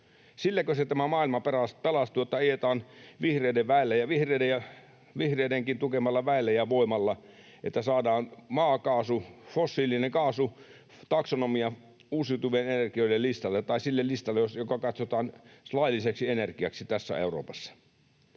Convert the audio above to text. Silläkö se tämä maailma pelastuu, että ajetaan vihreiden väelle ja vihreidenkin tukemalla väellä ja voimalla, että saadaan maakaasu, fossiilinen kaasu, taksonomia uusiutuvien energioiden listalle, tai sille listalle, joka katsotaan lailliseksi energiaksi tässä Euroopassa?